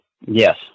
Yes